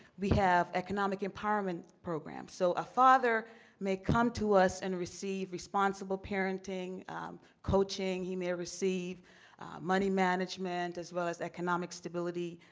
we have economic empowerment programs. so a father may come to us and receive responsible parenting coaching, he may receive money management as well as economic stability,